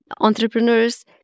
entrepreneurs